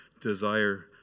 desire